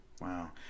Wow